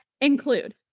include